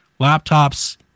laptops